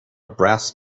brass